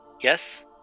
Yes